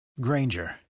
Granger